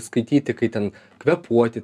skaityti kai ten kvėpuoti